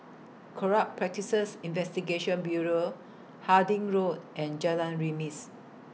Corrupt Practices Investigation Bureau Harding Road and Jalan Remis